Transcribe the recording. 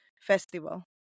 festival